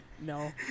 No